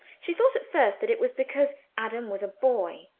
she thought at first that it was because adam was a boy.